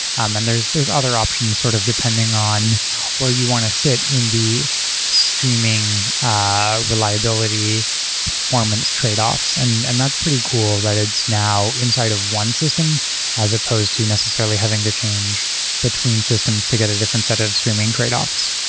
um and there's there's other option sort of depending on where you want to sit in the streaming ah reliability performance tradeoffs, and and that's pretty cool that it's now inside of one system as supposed to necessarily having to change between systems to get a different set of streaming tradeoffs.